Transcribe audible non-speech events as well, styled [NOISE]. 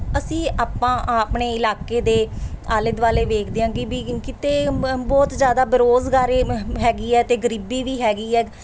ਅਸੀਂ ਆਪਾਂ ਆਪਣੇ ਇਲਾਕੇ ਦੇ ਆਲੇ ਦੁਆਲੇ ਵੇਖਦੇ ਹਾਂ ਕਿ ਵੀ ਕਿਤੇ ਬ ਬਹੁਤ ਜ਼ਿਆਦਾ ਬੇਰੁਜ਼ਗਾਰੀ [UNINTELLIGIBLE] ਹੈਗੀ ਹੈ ਅਤੇ ਗਰੀਬੀ ਵੀ ਹੈਗੀ ਹੈ